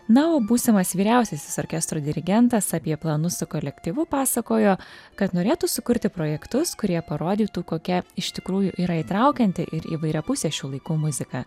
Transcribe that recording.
na o būsimas vyriausiasis orkestro dirigentas apie planus su kolektyvu pasakojo kad norėtų sukurti projektus kurie parodytų kokia iš tikrųjų yra įtraukianti ir įvairiapusė šių laikų muzika